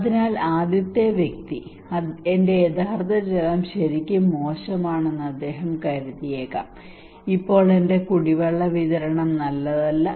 അതിനാൽ ആദ്യത്തെ വ്യക്തി എന്റെ യഥാർത്ഥ ജലം ശരിക്കും മോശമാണെന്ന് അദ്ദേഹം കരുതിയേക്കാം ഇപ്പോൾ എന്റെ കുടിവെള്ള വിതരണം നല്ലതല്ല